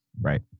right